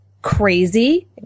Crazy